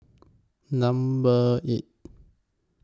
Number eight